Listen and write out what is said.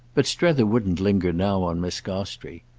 but strether wouldn't linger now on miss gostrey.